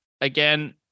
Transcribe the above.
again